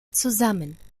zusammen